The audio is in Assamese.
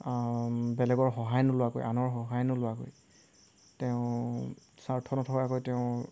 বেলেগৰ সহায় নোলোৱাকৈ আনৰ সহায় নোলোৱাকৈ তেওঁ স্বাৰ্থ নথকাকৈ তেওঁ